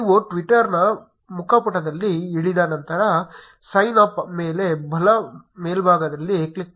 ನೀವು ಟ್ವಿಟರ್ನ ಮುಖಪುಟದಲ್ಲಿ ಇಳಿದ ನಂತರ ಸೈನ್ ಅಪ್ ಮೇಲೆ ಬಲ ಮೇಲ್ಭಾಗದಲ್ಲಿ ಕ್ಲಿಕ್ ಮಾಡಿ